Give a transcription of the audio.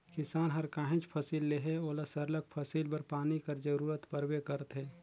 किसान हर काहींच फसिल लेहे ओला सरलग फसिल बर पानी कर जरूरत परबे करथे